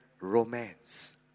romance